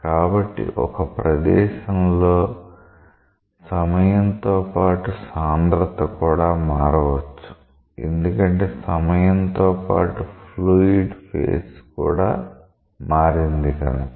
కాబట్టి ఒక ప్రదేశంలో సమయంతో పాటు సాంద్రత కూడా మారవచ్చు ఎందుకంటే సమయంతో పాటు ఫ్లూయిడ్ ఫేజ్ కూడా మారింది కనుక